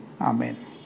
Amen